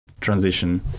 transition